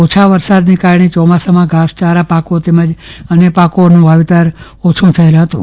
ઓછા વરસાદ ને કારણે ચોમાસામાં ઘાસયારા પાકો તેમજ અન્ય પાકોનું વાવેતર ઓછું થયેલ હતું